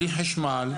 בלי חשמל,